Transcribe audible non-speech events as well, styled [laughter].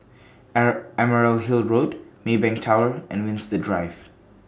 [unintelligible] Emerald Hill Road Maybank Tower [noise] and Winstedt Drive